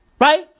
Right